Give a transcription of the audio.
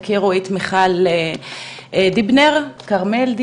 תכירו את מיכל דיבנר כרמל,